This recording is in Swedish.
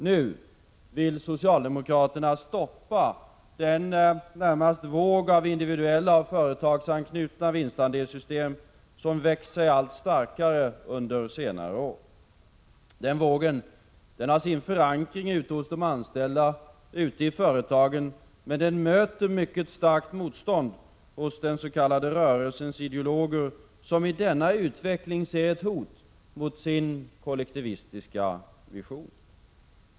Nu vill socialdemokraterna stoppa den våg av individuella och företagsanknutna vinstandelssystem som växt sig allt starkare under senare år. Den vågen har sin förankring ute hos de anställda och företagen, men den möter starkt motstånd hos de den s.k. rörelsens ideologer som i denna utveckling ser ett hot mot sin kollektivistiska vision.